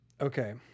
Okay